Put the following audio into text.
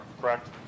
correct